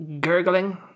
gurgling